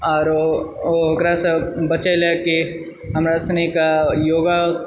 आरो ओकरासँ बचय लयकि हमरा सनीके योगा